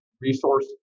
resource